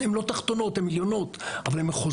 לא, הן לא תחתונות, הן עליונות, אבל הן מחוזיות.